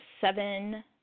seven